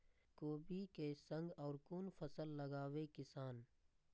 कोबी कै संग और कुन फसल लगावे किसान?